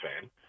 fan